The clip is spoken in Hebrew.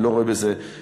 אני לא רואה בזה חולשה.